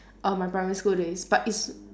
err my primary school days but it's